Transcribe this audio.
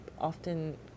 often